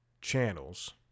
channels